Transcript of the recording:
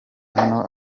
hano